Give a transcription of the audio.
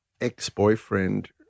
ex-boyfriend